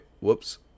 Whoops